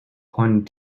pointed